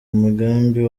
mugambi